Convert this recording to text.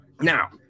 Now